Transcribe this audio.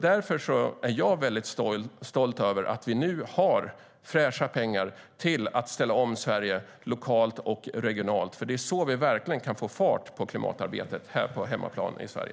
Därför är jag väldigt stolt över att vi nu har fräscha pengar till att ställa om Sverige lokalt och regionalt, för det är så vi verkligen kan få fart på klimatarbetet på hemmaplan här i Sverige.